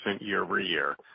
year-over-year